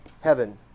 heaven